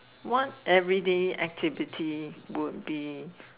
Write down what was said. what everyday activity would be